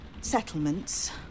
settlements